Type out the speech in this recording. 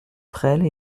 frêle